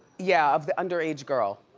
yeah, of the underage girl.